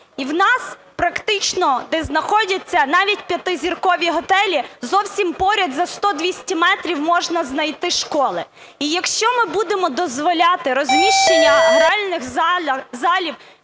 І у нас практично, де знаходяться навіть п'ятизіркові готелі зовсім поряд за 100-200 метрів можна знайти школи, і, якщо ми будемо дозволяти розміщення гральних залів